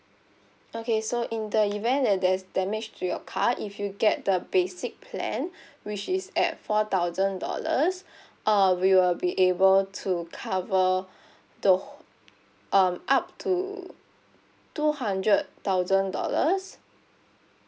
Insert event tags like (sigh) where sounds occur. okay so in the event that there is damage to your car if you get the basic plan (breath) which is at four thousand dollars (breath) uh we will be able to cover (breath) the whole um up to two hundred thousand dollars